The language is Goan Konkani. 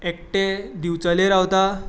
एकटें दिवचले रावता